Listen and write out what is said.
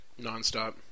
nonstop